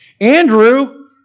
Andrew